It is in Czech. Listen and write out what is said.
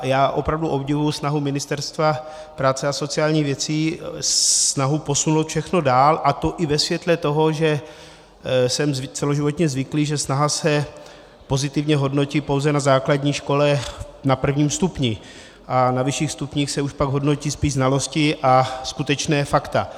Já opravdu obdivuji snahu Ministerstva práce a sociálních věcí posunout všechno dál, a to i ve světle toho, že jsem celoživotně zvyklý, že snaha se pozitivně hodnotí pouze na základní škole na prvním stupni a na vyšších stupních se už pak hodnotí spíše znalosti a skutečná fakta.